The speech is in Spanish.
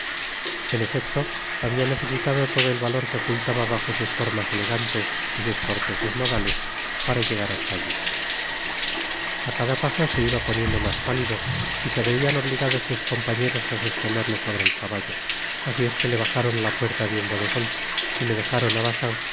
en efecto habia necesitado todo el valor que ocultaba bajo sus formas elegantes y sus corteses modales para llegar hasta allí a cada paso se iba poniendo mas pálido y se veian obligados sus compañeros á sostenerle sobre su caballo así es que le bajaron á la puerta de un bodegon y le dejaron á bacín